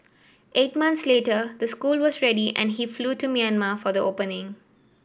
eight months later the school was ready and he flew to Myanmar for the opening